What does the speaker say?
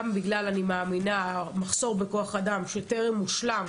גם בגלל שאני מאמינה שהמחסור בכוח אדם טרם הושלם,